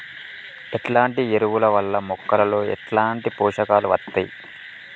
ఎట్లాంటి ఎరువుల వల్ల మొక్కలలో ఎట్లాంటి పోషకాలు వత్తయ్?